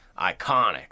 iconic